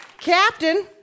Captain